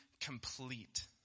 complete